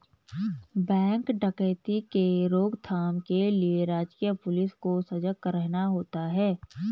bank डकैती के रोक थाम के लिए राजकीय पुलिस को सजग रहना होता है